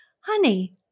honey